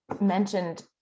mentioned